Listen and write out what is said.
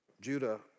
Judah